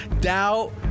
doubt